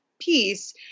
peace